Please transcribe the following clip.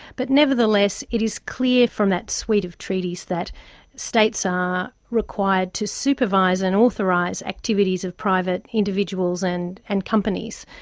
but nevertheless it is clear from that suite of treaties that states are required to supervise and authorise activities of private individuals and and companies.